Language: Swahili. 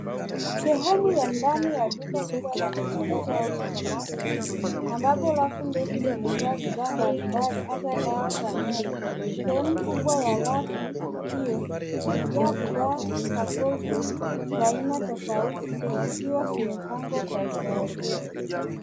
Sehemu ya ndani ya duka kubwa la rejareja au supermarket ambapo rafu ndefu zimejaa bidhaa mbalimbali hasa dawa za meno. Sehemu kubwa ya rafu hio imejaa bidhaa za Colgate za aina tofauti zikiwa zimepangwa kwa utaratibu.